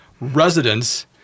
residents—